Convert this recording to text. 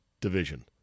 Division